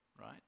right